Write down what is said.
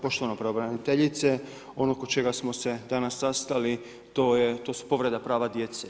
Poštovana pravobraniteljice, ono oko čega smo se danas sastali to su povreda prava djece.